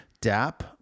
DAP